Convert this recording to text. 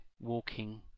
walking